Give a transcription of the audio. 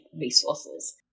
resources